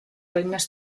regnes